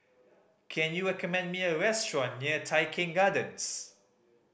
can you recommend me a restaurant near Tai Keng Gardens